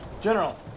General